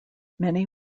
many